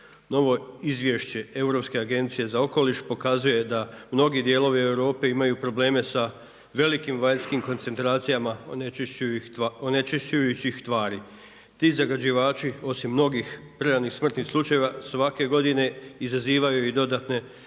Novo izvješće Europske agencije za okoliš pokazuje da mnogi dijelovi Europe imaju probleme sa velikim vanjskim koncentracijama onečišćujućih tvari. Ti zagađivači osim mnogih preranih smrtnih slučajeva svake godine izazivaju i dodatne